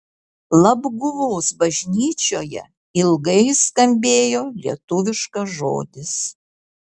labguvos bažnyčioje ilgai skambėjo lietuviškas žodis